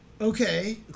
Okay